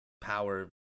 power